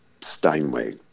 Steinway